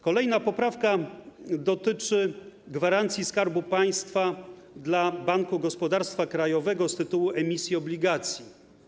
Kolejna poprawka dotyczy gwarancji Skarbu Państwa dla Banku Gospodarstwa Krajowego z tytułu emisji obligacji.